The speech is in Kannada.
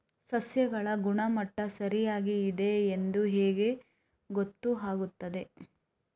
ಸಸ್ಯಗಳ ಗುಣಮಟ್ಟ ಸರಿಯಾಗಿ ಇದೆ ಎಂದು ಹೇಗೆ ಗೊತ್ತು ಆಗುತ್ತದೆ?